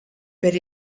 per